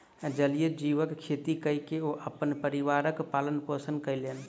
जलीय जीवक खेती कय के ओ अपन परिवारक पालन पोषण कयलैन